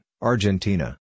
Argentina